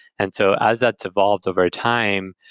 and so as that's evolved over time,